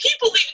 people